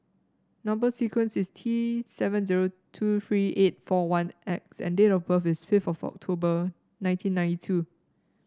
number sequence is T seven zero two three eight four one X and date of birth is fifth of October nineteen ninety two